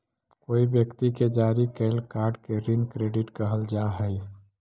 कोई व्यक्ति के जारी कैल कार्ड के ऋण क्रेडिट कहल जा हई